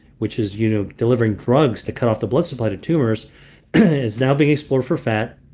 which is you know delivering drugs to cut off the blood supply to tumors, is now being explored for fat.